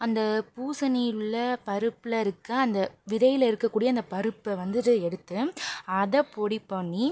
அந்த பூசணியில் உள்ள பருப்பில் இருக்கற அந்த விதையில் இருக்கக்கூடிய அந்த பருப்பை வந்துட்டு எடுத்து அதை பொடி பண்ணி